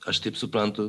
aš taip suprantu